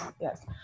yes